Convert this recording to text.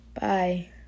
Bye